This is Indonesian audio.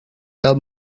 tom